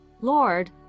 Lord